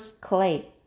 Clay